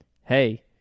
hey